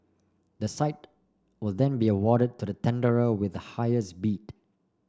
the site will then be awarded to the tenderer with the highest bid